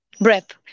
Breath